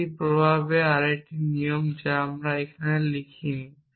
এটি প্রভাবের আরেকটি নিয়ম যা আমি এখানে লিখিনি